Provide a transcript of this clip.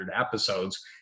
episodes